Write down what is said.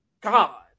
god